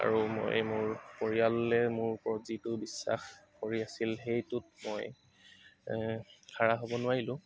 আৰু মই মোৰ পৰিয়ালে মোৰ ওপৰত যিটো বিশ্বাস কৰি আছিল সেইটোত মই খাৰা হ'ব নোৱাৰিলো